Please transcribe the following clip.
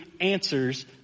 answers